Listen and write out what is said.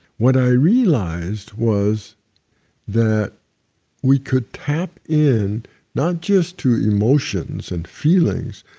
what i realized was that we could tap in not just to emotions and feelings,